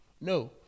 No